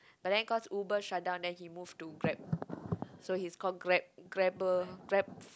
but then cause Uber shut down then he move to Grab so he's called Grab Grabber Grab